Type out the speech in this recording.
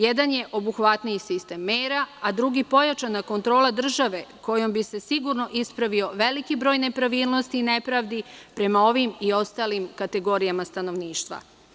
Jedan je obuhvatniji sistem mera, a drugi pojačana kontrola države kojom bi se sigurno ispravio veliki broj nepravilnosti i nepravdi prema ovim i ostalim kategorijama stanovništva.